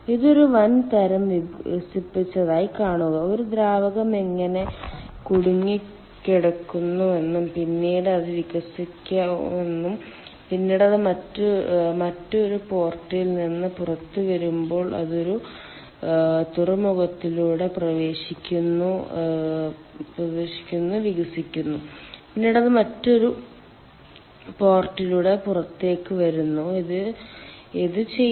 ഇത് ഒരു വാൻ തരം വികസിപ്പിച്ചതായി കാണുക ഒരു ദ്രാവകം എങ്ങനെ കുടുങ്ങിക്കിടക്കുന്നുവെന്നും പിന്നീട് അത് വികസിക്കുന്നുവെന്നും പിന്നീട് അത് മറ്റൊരു പോർട്ടിൽ നിന്ന് പുറത്തുവരുമ്പോൾ അത് ഒരു തുറമുഖത്തിലൂടെ പ്രവേശിക്കുന്നു വികസിക്കുന്നു പിന്നീട് അത് മറ്റൊരു പോർട്ടിലൂടെ പുറത്തേക്ക് വരുന്നു ഇത് ചെയ്യുന്നത്